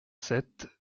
sept